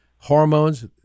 Hormones